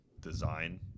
design